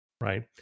Right